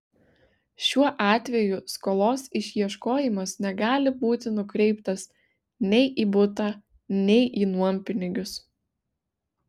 šiuo atveju skolos išieškojimas negali būti nukreiptas nei į butą nei į nuompinigius